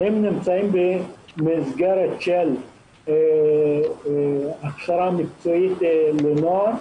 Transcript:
הם נמצאים במסגרת של הכשרה מקצועית לנוער.